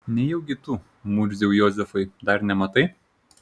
nejaugi tu murziau jozefai dar nematai